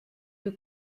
que